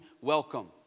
welcome